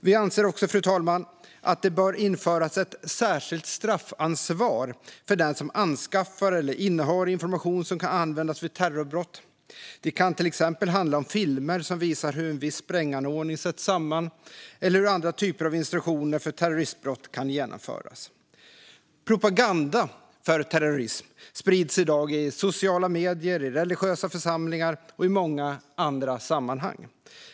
Vi anser också att det bör införas ett särskilt straffansvar för den som anskaffar eller innehar information som kan användas vid terrorbrott. Det kan till exempel handla om filmer som visar hur en viss spränganordning sätts samman eller andra typer av instruktioner för hur terroristbrott kan genomföras. Propaganda för terrorism sprids i dag i sociala medier, i religiösa församlingar och i många andra sammanhang.